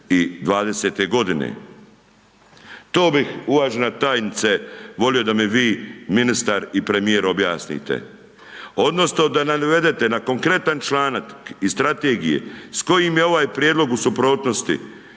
To bih, uvažena tajnice, volio da mi vi, ministar i premijer objasnite odnosno da nam navedete na konkretan članak iz strategije s kojim je ovaj u prijedlog u suprotnosti.